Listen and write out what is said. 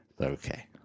Okay